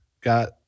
got